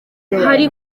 hari